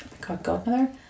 Godmother